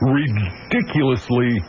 ridiculously